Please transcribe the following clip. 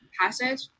passage